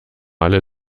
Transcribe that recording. alle